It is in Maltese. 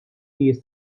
nies